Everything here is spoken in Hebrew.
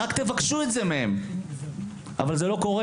רק תבקשו את זה מהם אבל זה לא קורה,